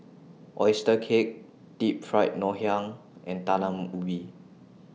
Oyster Cake Deep Fried Ngoh Hiang and Talam Ubi